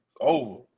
Over